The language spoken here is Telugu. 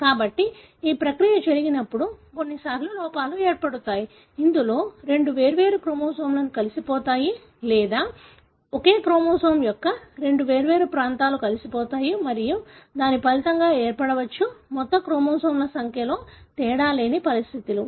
కాబట్టి ఈ ప్రక్రియ జరిగినప్పుడు కొన్ని సార్లు లోపాలు ఏర్పడతాయి ఇందులో రెండు వేర్వేరు క్రోమోజోమ్లు కలిసిపోతాయి లేదా ఒకే క్రోమోజోమ్ల యొక్క రెండు వేర్వేరు ప్రాంతాలు కలిసిపోతాయి మరియు దాని ఫలితంగా ఏర్పడవచ్చు మొత్తం క్రోమోజోమ్ల సంఖ్యలో తేడా లేని పరిస్థితులు